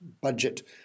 budget